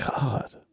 God